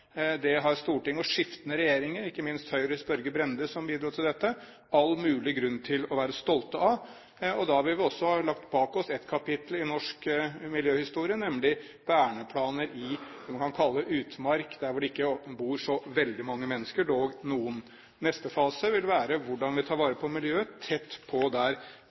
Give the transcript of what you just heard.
Det har Stortinget og skiftende regjeringer – ikke minst Høyres Børge Brende bidro til dette – all mulig grunn til å være stolte av. Da vil vi også ha lagt bak oss ett kapittel i norsk miljøhistorie, nemlig verneplaner i det man kan kalle utmark der hvor det ikke bor så veldig mange mennesker, dog noen. Neste fase vil være hvordan vi tar vare på miljøet tett på der